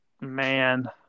man